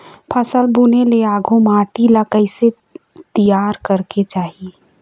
फसल बुने ले आघु माटी ला कइसे तियार करेक चाही?